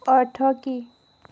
অৰ্থ কি